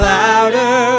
louder